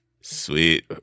Sweet